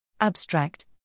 Abstract